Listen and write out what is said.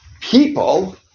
People